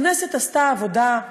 הכנסת עשתה עבודה,